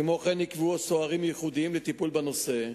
כמו כן, נקבעו סוהרים ייעודיים לטיפול בנושא.